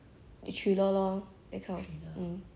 good movie I think got nominated for oscar or something